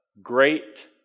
great